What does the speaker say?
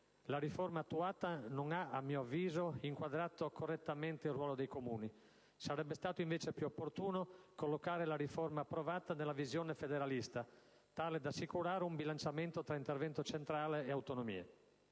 La riforma attuata non ha, a mio avviso, inquadrato correttamente il ruolo dei Comuni: sarebbe stato più opportuno collocare la riforma approvata nella visione federalista, in modo da assicurare un bilanciamento tra intervento centrale e autonomie.